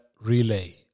Relay